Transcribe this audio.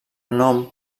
nom